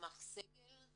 רמ"ח סגל,